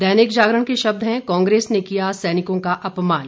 दैनिक जागरण के शब्द हैं कांग्रेस ने किया सैनिकों का अपमान